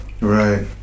Right